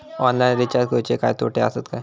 Online recharge करुचे काय तोटे आसत काय?